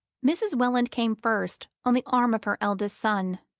mrs. welland came first, on the arm of her eldest son.